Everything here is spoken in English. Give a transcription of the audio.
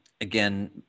again